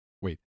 Wait